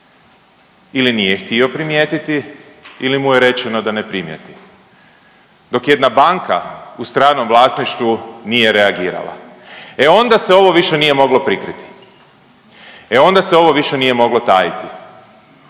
ili nije htio primijetiti ili mu je rečeno da ne primijeti, dok jedna banka u stranom vlasništvu nije reagirala. E onda se ovo više nije moglo prikriti. E onda se ovo više nije moglo tajiti.